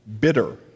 bitter